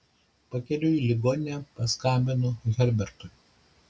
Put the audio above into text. pakeliui į ligoninę paskambinu herbertui